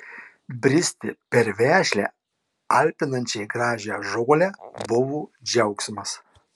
bristi per vešlią alpinančiai gražią žolę buvo džiaugsmas